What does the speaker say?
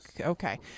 Okay